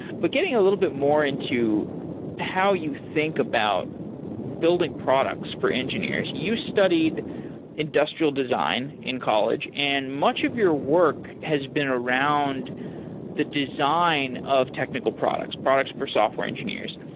but getting a little bit more into how you think about building products for engineers. you studied industrial design in college. and much of your work has been around the design of technical products, products for software engineers.